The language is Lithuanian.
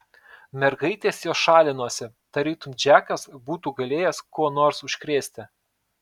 mergaitės jo šalinosi tarytum džekas būtų galėjęs kuo nors užkrėsti